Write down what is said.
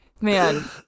man